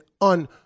un